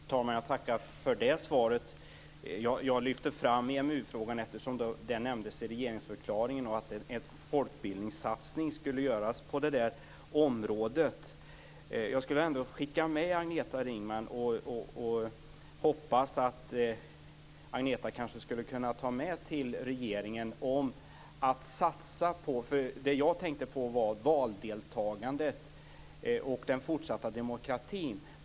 Fru talman! Jag tackar för det svaret. Jag lyfte fram EMU-frågan eftersom den nämns i regeringsförklaringen - en folkbildningssatsning skulle göras på området. Jag skulle ändå vilja skicka med Agneta Ringman att jag hoppas att hon kanske kan ta med till regeringen ett budskap om valdeltagandet och den fortsatta demokratin.